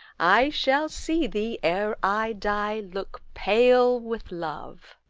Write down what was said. i shall see thee, ere i die, look pale with love.